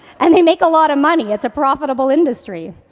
and they make a lot of money, it's a profitable industry.